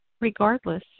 regardless